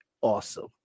awesome